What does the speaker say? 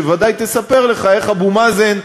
שבוודאי תספר לך איך אבו מאזן,